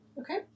okay